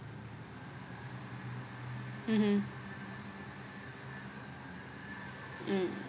mmhmm mm